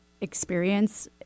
experience